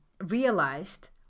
realized